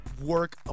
work